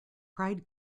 pride